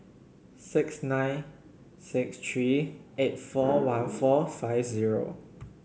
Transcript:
six nine six three eight four one four five zero